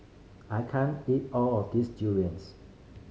I can't eat all of this durians